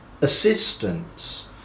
assistance